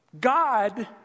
God